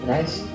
Nice